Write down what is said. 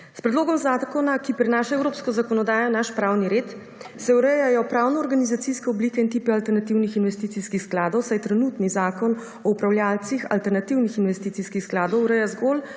S predlogom zakona, ki prinaša evropska zakonodaja v naš pravni red se urejajo pravno organizacijske oblike in tipe alternativnih investicijskih skladov, saj trenutni Zakon o upravljavcih alternativnih investicijskih skladov ureja zgolj